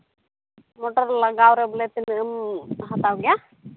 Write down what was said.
motor ᱞᱟᱜᱟᱣ ᱨᱮ ᱵᱚᱞᱮ ᱛᱤᱱᱟᱹᱜ ᱮᱢ ᱦᱟᱛᱟᱣ ᱜᱮᱭᱟ